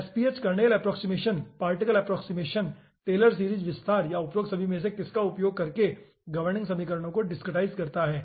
SPH kernel approximation particle approximation Taylor series विस्तार या उपरोक्त सभी में से किसका का उपयोग करके में गवर्निंग समीकरणों को डिसक्रीटाईजड़ करता है